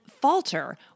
falter